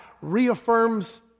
reaffirms